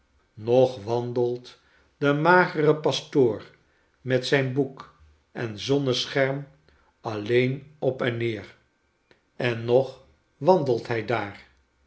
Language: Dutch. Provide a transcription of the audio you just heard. nog wandelt de magere pastoor met zijn boek en zonnescherm alleen op en neer en nog wandelt hij daar